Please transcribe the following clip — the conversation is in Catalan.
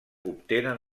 obtenen